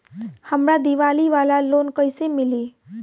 हमरा दीवाली वाला लोन कईसे मिली?